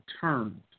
turned